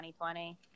2020